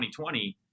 2020